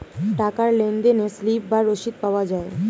টাকার লেনদেনে স্লিপ বা রসিদ পাওয়া যায়